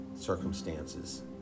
circumstances